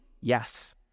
Yes